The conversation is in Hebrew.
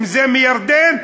אם מירדן,